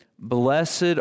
Blessed